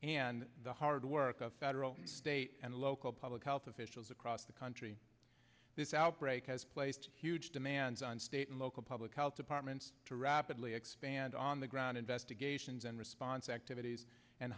and the hard work of federal state and local public health officials across the country this outbreak has placed huge demands on state and local public health departments to rapidly expand on the ground investigations and response activities and